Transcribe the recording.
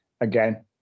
Again